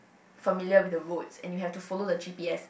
familiar with the roads and you have to follow the g_p_s